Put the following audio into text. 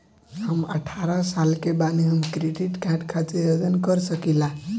हम अठारह साल के बानी हम क्रेडिट कार्ड खातिर आवेदन कर सकीला?